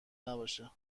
نباشه